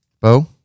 Bo